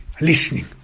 listening